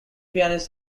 pianist